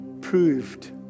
proved